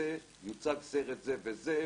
הציגו סרט, הנציבות.